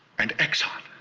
and exxon.